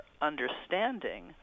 understanding